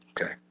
Okay